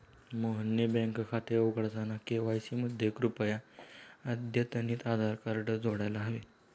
मोहनचे बँक खाते उघडताना के.वाय.सी मध्ये कृपया अद्यतनितआधार कार्ड जोडायला हवे